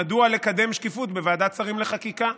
לקדם שקיפות בוועדת השרים לענייני חקיקה.